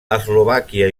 eslovàquia